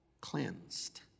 cleansed